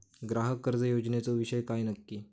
ग्राहक कर्ज योजनेचो विषय काय नक्की?